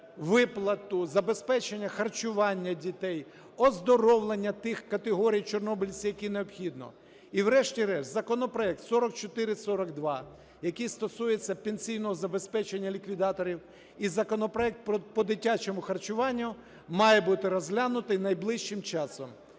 виплату, забезпечення харчування дітей, оздоровлення тих категорій чорнобильців, які необхідно. І, врешті-решт, законопроект 4442, який стосується пенсійного забезпечення ліквідаторів, і законопроект по дитячому харчуванню мають бути розглянуті найближчим часом.